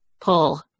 pull